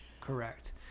Correct